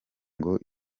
ngo